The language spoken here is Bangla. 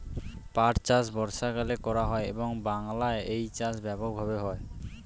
পাট চাষ বর্ষাকালে করা হয় এবং বাংলায় এই চাষ ব্যাপক ভাবে হয়